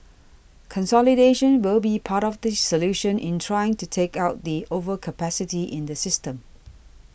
consolidation will be part of the solution in trying to take out the overcapacity in the system